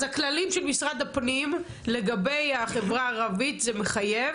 אז הכללים של משרד הפנים לגבי החברה הערבית זה מחייב